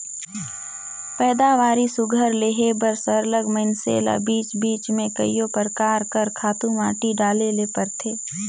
पएदावारी सुग्घर लेहे बर सरलग मइनसे ल बीच बीच में कइयो परकार कर खातू माटी डाले ले परथे